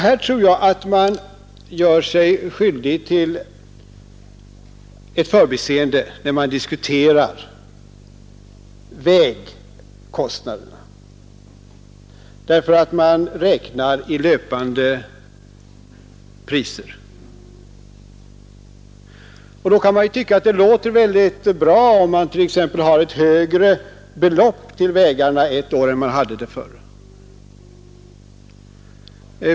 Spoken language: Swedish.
Jag tror att man ofta gör sig skyldig till ett förbiseende när man diskuterar vägkostnaderna därför att man räknar i löpande priser. Man kan tycka att det låter bra om man får ett högre belopp till vägarna ett år än man hade förut.